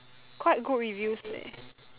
quite good reviews leh